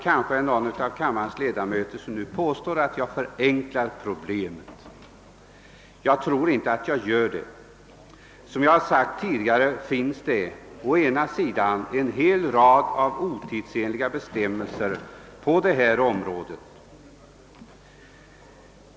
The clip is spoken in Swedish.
Kanske någon av kammarens ledamöter nu påstår att jag förenklar problemet. Jag tror inte att jag gör det. Som jag har sagt tidigare finns det å ena sidan en hel rad otidsenliga bestämmelser på detta område.